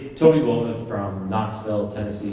tony bova from knoxville, tennessee.